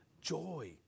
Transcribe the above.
joy